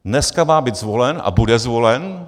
Dneska má být zvolen a bude zvolen.